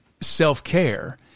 self-care